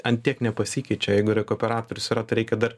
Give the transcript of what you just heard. ant tiek nepasikeičia jeigu rekuperatorius yra tai reikia dar